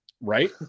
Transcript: Right